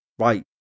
Right